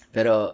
Pero